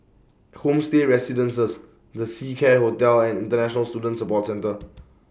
Homestay Residences The Seacare Hotel and International Student Support Centre